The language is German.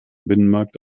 binnenmarkt